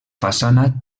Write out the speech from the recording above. façana